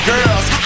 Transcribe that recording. Girls